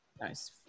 Nice